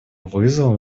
вызовам